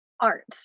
art